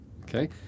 okay